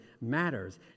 matters